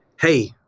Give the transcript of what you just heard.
hey